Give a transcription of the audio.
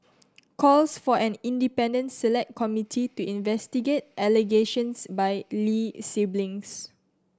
calls for an independent Select Committee to investigate allegations by Lee siblings